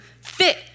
fit